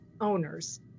owners